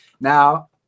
Now